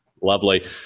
lovely